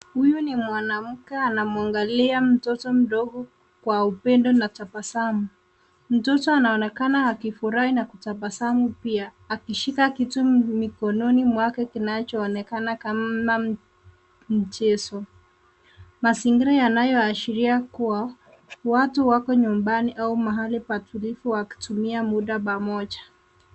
Huyu ni mwanamke anamwagalia mtoto mdogo kwa upendo na tabasamu. Mtoto anaonekana akifurahi na kutabasamu pia, akishika kitu mikononi mwake kinachoonekana kama mchezo. Mazingira yanayoashiria kuwa watu wako nyumbani au mahali patulivu wakitumia muda pamoja.